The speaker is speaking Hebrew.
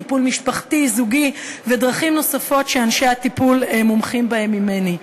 טיפול משפחתי או זוגי ודרכים נוספות שאנשי הטיפול מומחים בהן ממני.